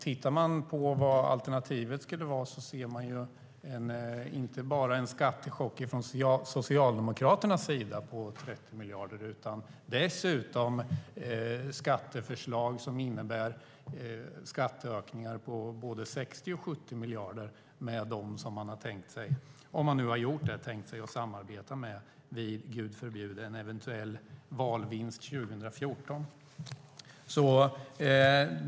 Tittar man på vad alternativet skulle vara ser man ju inte bara en skattechock från Socialdemokraternas sida på 30 miljarder utan dessutom skatteförslag som innebär skatteökningar på både 60 och 70 miljarder med dem som man har tänkt sig - om man nu har gjort det - att samarbeta med vid en, Gud förbjude, eventuell valvinst 2014.